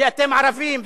כי אתם ערבים.